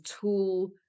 tool